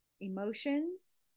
emotions